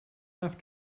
have